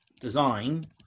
design